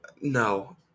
No